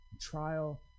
trial